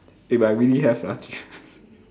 eh but I really have lah